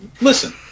Listen